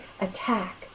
attack